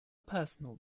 personal